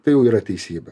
tai jau yra teisybė